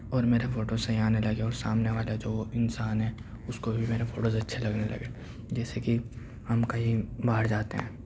اور میرے فوٹوز صحیح آنے لگے اور سامنے والا جو وہ انسان ہے اُس کو بھی میرے فوٹوز اچھے لگنے لگے جیسے کہ ہم کہیں باہر جاتے ہیں